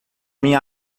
minha